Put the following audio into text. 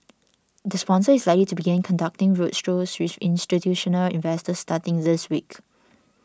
the sponsor is likely to begin conducting road strolls with institutional investors starting this week